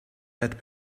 had